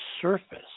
surface